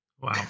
Wow